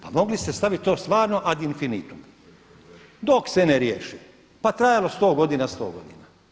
Pa mogli ste staviti to stvarno ad infinitum dok se ne riješi pa trajalo 100 godina, 100 godina.